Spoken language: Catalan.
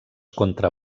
contra